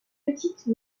petite